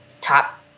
top